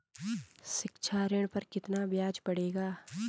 शिक्षा ऋण पर कितना ब्याज पड़ेगा?